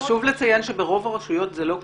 חשוב לציין שברוב הרשויות זה לא קורה.